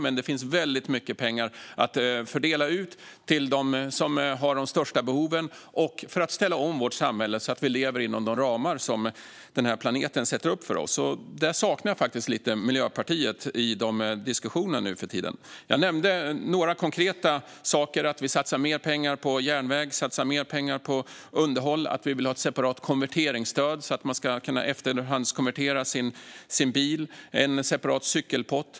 Men det finns väldigt mycket pengar att fördela till dem som har de största behoven och för att ställa om vårt samhälle så att vi lever inom de ramar som planeten sätter upp för oss. Där saknar jag lite Miljöpartiet i diskussionerna nu för tiden. Jag nämnde några konkreta saker. Vi satsar mer pengar på järnväg och underhåll. Vi vill ha ett separat konverteringsstöd så att man ska kunna efterhandskonvertera sin bil och en separat cykelpott.